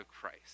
Christ